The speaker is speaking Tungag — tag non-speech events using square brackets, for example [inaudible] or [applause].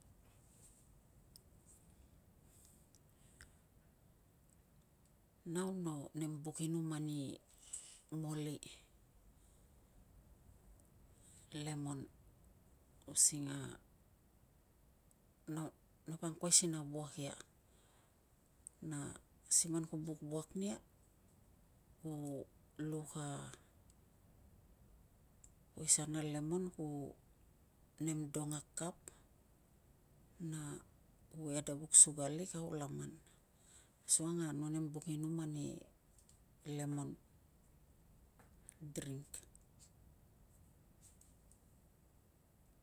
Nau no nem buk inum ani moli lemon using a [hesitation] no po angkuai si na wuak ia na si man ku buk wuak nia ku luk a poisan a lemon ku nem dong a kap, ku ed a vuk suka lik au laman asukang a no nem buk inum lemon drink.